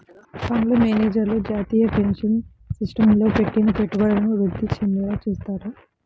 fund మేనేజర్లు జాతీయ pension సిస్టమ్లో పెట్టిన పెట్టుబడులను వృద్ధి చెందేలా చూత్తారు